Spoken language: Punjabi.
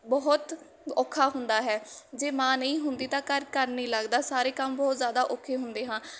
ਬਹੁਤ ਔਖਾ ਹੁੰਦਾ ਹੈ ਜੇ ਮਾਂ ਨਹੀਂ ਹੁੰਦੀ ਤਾਂ ਘਰ ਘਰ ਨਹੀਂ ਲੱਗਦਾ ਸਾਰੇ ਕੰਮ ਬਹੁਤ ਜ਼ਿਆਦਾ ਔਖੇ ਹੁੰਦੇ ਹਾਂ